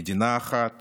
מדינה אחת